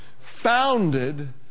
founded